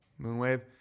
Moonwave